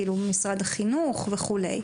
משרד החינוך וכו'.